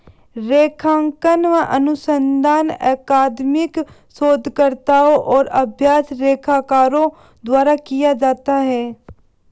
लेखांकन अनुसंधान अकादमिक शोधकर्ताओं और अभ्यास लेखाकारों द्वारा किया जाता है